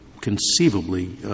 conceivably —